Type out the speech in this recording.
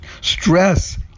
Stress